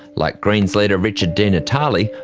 like greens leader richard di natale,